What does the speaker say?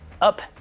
up